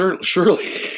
surely